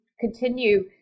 continue